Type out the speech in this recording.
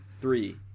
three